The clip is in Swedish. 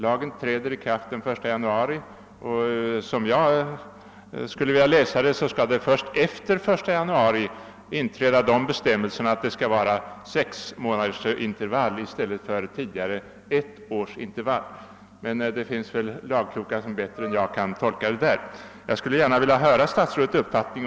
Jag läser hellre detta så, att bestämmelsen om sex månaders intervall i stället för ett års intervall inträder först den 1 januari. Men det finns väl lagkloka som kan tolka det här bättre än jag kan. Jag skulle gärna vilja höra statsrådets uppfattning.